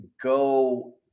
go